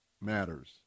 matters